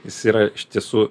jis yra iš tiesų